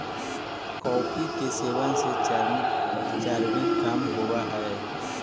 coffee के सेवन से चर्बी कम होब हई